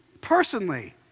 personally